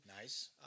Nice